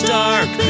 dark